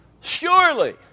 Surely